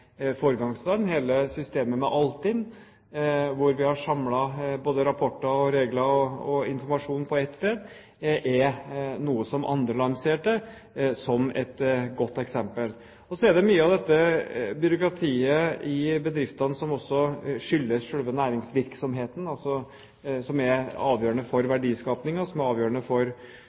foregangsland. Hele systemet med Altinn, der vi har samlet rapporter, regler og informasjon på ett sted, er noe som andre land ser på som et godt eksempel. Mye av byråkratiet i bedriftene skyldes selve næringsvirksomheten, altså det som er avgjørende for verdiskapingen, det som er avgjørende for